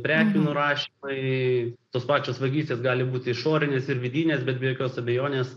prekių nurašymai tos pačios vagystės gali būti išorinės ir vidinės bet be jokios abejonės